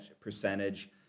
percentage